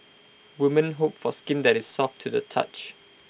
women hope for skin that is soft to the touch